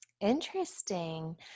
Interesting